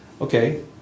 Okay